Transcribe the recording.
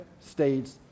states